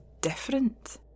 different